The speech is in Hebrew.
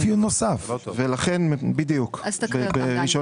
אני פניתי אליכם כדי להבין וראיתי שיש איזושהי